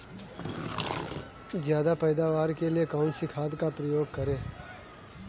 ज्यादा पैदावार के लिए कौन सी खाद का प्रयोग करें?